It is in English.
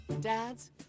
Dads